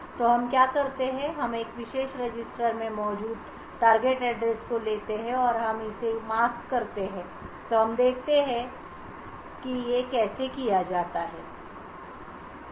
तो हम क्या करते हैं हम एक विशेष रजिस्टर में मौजूद टारगेट एड्रेस को लेते हैं और हम इसे मास्क करते हैं तो हम देखते हैं कि यह कैसे किया जाता है